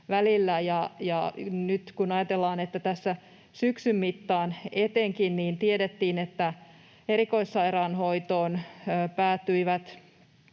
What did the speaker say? Nyt kun ajatellaan, että etenkin tässä syksyn mittaan tiedettiin, että erikoissairaanhoitoon päätyivät